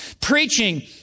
Preaching